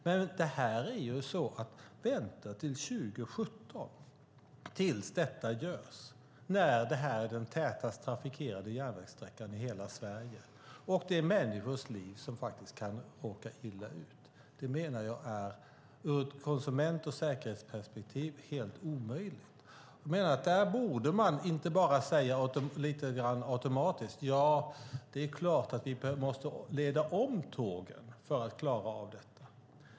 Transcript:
Men att vänta med att göra detta till 2017 när det här är den tätast trafikerade järnvägssträckan i hela Sverige och när människor kan råka illa ut menar jag är ur ett konsument och säkerhetsperspektiv helt omöjligt. Man borde inte bara säga lite grann automatiskt: Ja, det är klart att vi måste leda om tågen för att klara av detta.